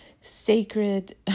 sacred